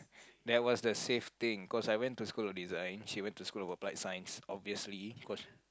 that was the safe thing cause I went to school of design she went to school of applied science obviously cause